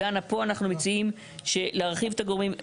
דנה, פה אנחנו מציעים להרחיב את הגורמים.